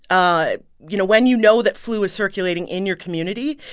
ah you know, when you know that flu is circulating in your community,